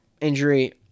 injury